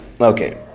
Okay